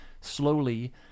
slowly